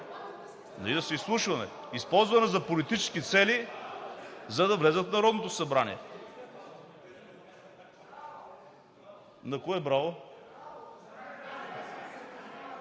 Да се изслушваме! Използвана за политически цели, за да влязат в Народното събрание. РЕПЛИКА